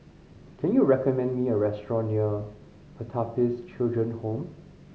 can you recommend me a restaurant near Pertapis Children Home